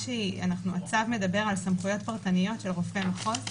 הצו מדבר על סמכויות פרטניות של רופאי המחוז,